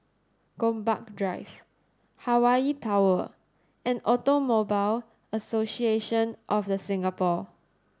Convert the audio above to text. Gombak Drive Hawaii Tower and Automobile Association of The Singapore